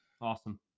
awesome